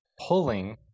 pulling